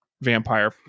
vampire